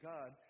God